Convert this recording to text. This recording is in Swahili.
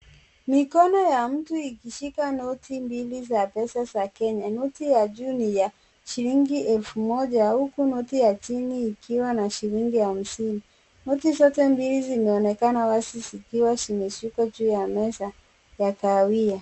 Mikono ya mtu ikishika noti mbili za pesa za Kenya, noti ya juu ni ya shilingi elfu moja uku noti ya chini ikiwa na shilingi hamsini, noti zote mbili sinaonekana wazi sikiwa simeshika juu ya meza ya kahawia.